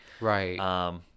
Right